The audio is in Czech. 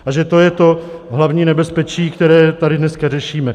A že to je to hlavní nebezpečí, které tady dneska řešíme.